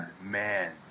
man